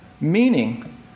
Meaning